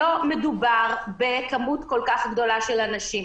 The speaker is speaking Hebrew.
שלא מדובר בכמות כל כך גדולה של אנשים.